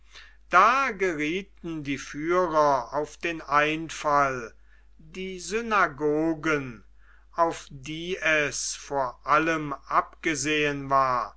da gerieten die führer auf den einfall die synagogen auf die es vor allem abgesehen war